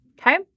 Okay